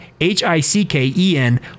H-I-C-K-E-N